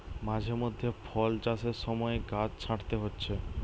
মাঝে মধ্যে ফল চাষের সময় গাছ ছাঁটতে হচ্ছে